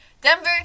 Denver